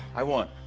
i won.